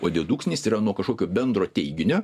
o dedukcinis tai yra nuo kažkokio bendro teiginio